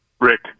Rick